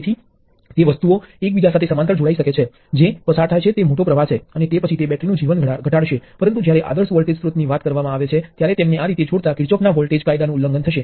તેથી પરિણામ એ પ્રવાહ સ્ત્રોત પણ છે જે પ્રવાહ I ને તેની આજુબાજુના વોલ્ટેજને ધ્યાનમાં લીધા વિના આ દિશામાં પ્રવાહ કરવા દબાણ કરે છે